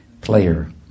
player